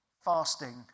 Fasting